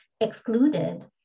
excluded